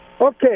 Okay